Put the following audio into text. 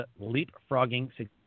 Leapfrogging